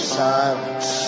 silence